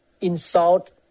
insult